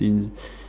since